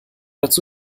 dazu